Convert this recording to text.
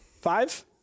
Five